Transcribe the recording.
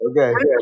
Okay